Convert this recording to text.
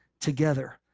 together